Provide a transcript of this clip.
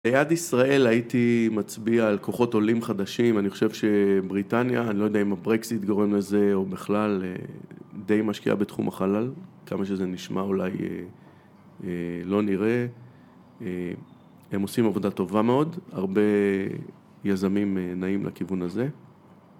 ליד ישראל הייתי מצביע על כוחות עולים חדשים, אני חושב שבריטניה, אני לא יודע אם הברקסיט גורם לזה או בכלל, די משקיעה בתחום החלל, כמה שזה נשמע אולי לא נראה, הם עושים עבודה טובה מאוד, הרבה יזמים נעים לכיוון הזה